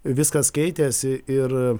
viskas keitėsi ir